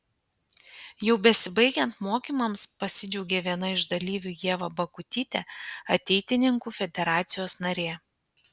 jau besibaigiant mokymams pasidžiaugė viena iš dalyvių ieva bakutytė ateitininkų federacijos narė